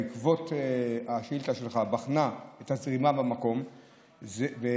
בעקבות השאילתה שלך בחנה את הזרימה במקום ומצאה